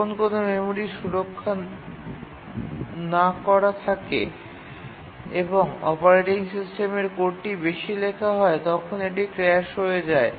যখন কোনও মেমরি সুরক্ষা না করা থাকে এবং অপারেটিং সিস্টেমের কোডটি বেশি লেখা হয় তখন এটি ক্র্যাশ হয়ে যায়